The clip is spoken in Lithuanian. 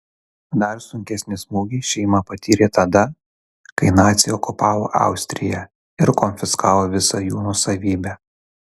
dar sunkesnį smūgį šeima patyrė tada kai naciai okupavo austriją ir konfiskavo visą jų nuosavybę